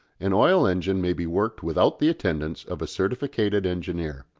an oil engine may be worked without the attendance of a certificated engineer.